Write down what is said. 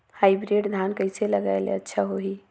Hybrid धान कइसे लगाय ले अच्छा होही?